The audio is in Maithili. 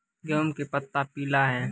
गेहूँ के पत्ता पीला छै?